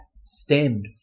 stemmed